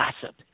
gossip